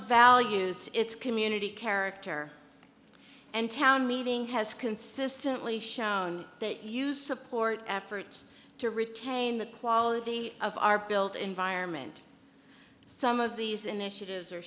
values its community character and town meeting has consistently shown that you support efforts to retain the quality of our built environment some of these initiatives are